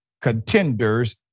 contenders